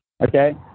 Okay